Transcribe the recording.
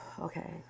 Okay